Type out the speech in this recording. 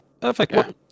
Perfect